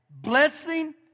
blessing